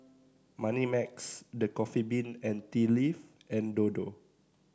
Moneymax The Coffee Bean and Tea Leaf and Dodo